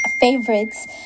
favorites